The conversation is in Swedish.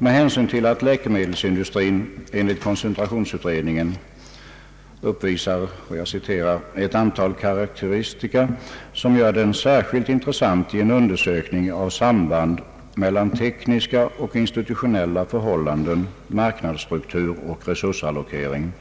Med hänsyn till att läkemedelsindustrin enligt koncentrationsutredningen uppvisar »ett antal karakteristika som gör den särskilt intressant i en undersökning av samband mellan tekniska och institutionella förhållanden, marknadsstruktur och resursallokering»